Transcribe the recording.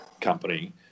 company